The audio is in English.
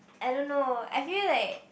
I don't know I feel like